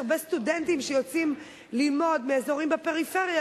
יש הרבה סטודנטים שיוצאים ללמוד מאזורים בפריפריה,